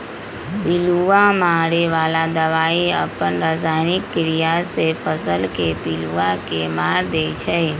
पिलुआ मारे बला दवाई अप्पन रसायनिक क्रिया से फसल के पिलुआ के मार देइ छइ